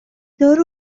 دار